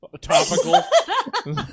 topical